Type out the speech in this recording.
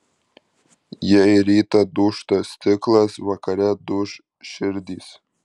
jei rytą dūžta stiklas vakare duš širdys